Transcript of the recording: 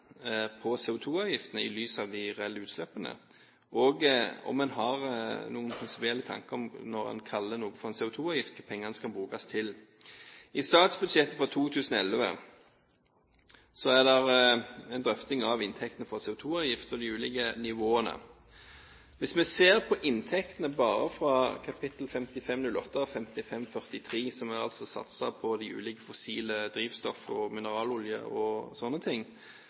på CO2-avgiftene i lys av de reelle utslippene, og om en har noen prinsipielle tanker, når en kaller noe for en CO2-avgift, om hva pengene skal brukes til. I statsbudsjettet for 2011 er det en drøfting av inntektene for CO2-avgift og de ulike nivåene. Hvis vi ser på inntektene bare fra kap. 5508 og 5543, som er satser på de ulike fossile drivstoff, mineralolje – slike ting